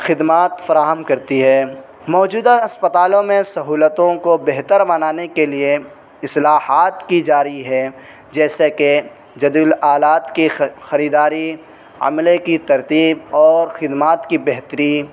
خدمات فراہم کرتی ہے موجودہ اسپتالوں میں سہولتوں کو بہتر بنانے کے لیے اصلاحات کی جا رہی ہے جیسے کہ جدیل آلات کے خریداری عملے کی ترتیب اور خدمات کی بہتری